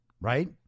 Right